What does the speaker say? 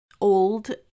old